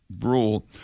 rule